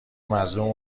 مظلوم